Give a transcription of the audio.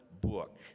book